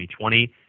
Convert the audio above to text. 2020